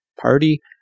party